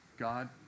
God